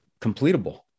completable